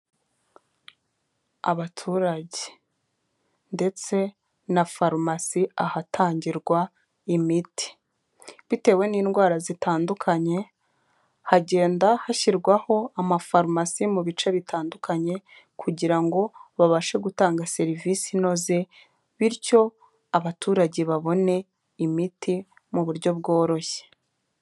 Abaturage ndetse na farumasi ahatangirwa imiti bitewe n'indwara zitandukanye, hagenda hashyirwaho amafarumasi mu bice bitandukanye kugira ngo babashe gutanga serivisi inoze, bityo abaturage babone imiti mu buryo bworoshye.